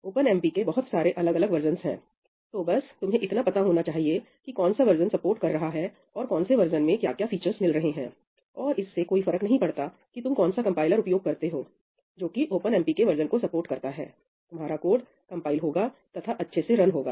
OpenMP के बहुत सारे अलग अलग वर्जनस हैं तो बस तुम्हें इतना पता होना चाहिए कि कौन सा वर्जन सपोर्ट कर रहा है और कौन से वर्जन में क्या क्या फीचर्स मिल रहे हैं और इससे कोई फर्क नहीं पड़ता कि तुम कौन सा कंपाइलर उपयोग करते हो जो कि OpenMp के वर्जन को सपोर्ट करता है तुम्हारा कोड कंपाइल होगा तथा अच्छे से रन होगा